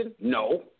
No